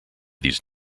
these